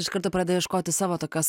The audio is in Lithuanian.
iš karto pradeda ieškoti savo tokios